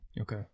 Okay